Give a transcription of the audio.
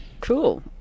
Cool